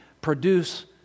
produce